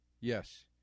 Yes